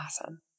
awesome